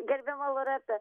gerbiama loreta